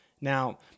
now